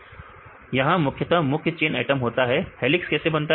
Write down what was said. विद्यार्थी मुख्य चेन यहां मुख्यतः मुख्य चेन एटम होता है हेलिक्स कैसे बनता है